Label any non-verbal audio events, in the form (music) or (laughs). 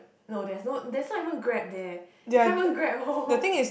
no there's no there's not even Grab there you can't even Grab home (laughs)